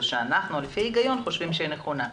שאנחנו לפי ההיגיון סבורים שהיא נכונה.